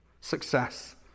success